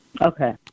Okay